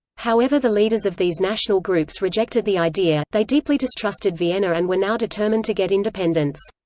however the leaders of these national groups rejected the idea they deeply distrusted vienna and were now determined to get independence.